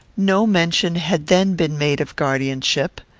no mention had then been made of guardianship.